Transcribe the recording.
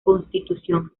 constitución